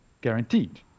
guaranteed